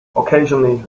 occasionally